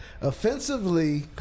Offensively